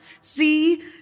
see